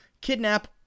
kidnap